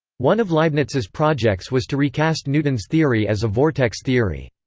one of leibniz's projects was to recast newton's theory as a vortex theory.